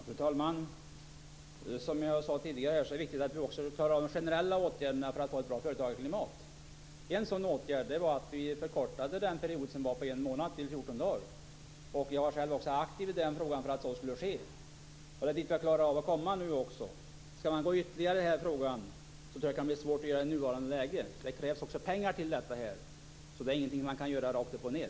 Fru talman! Som jag sade tidigare är det viktigt att vi också klarar av de generella åtgärderna för att få ett bra företagarklimat. En sådan åtgärd var att vi förkortade den period som var på en månad till 14 dagar. Jag var själv aktiv i den frågan för att så skulle ske. Det är dit vi har klarat av att komma nu. Att gå längre i den här frågan tror jag kan bli svårt i nuvarande läge. Det krävs också pengar till det här. Så det är inget man kan göra rakt upp och ned.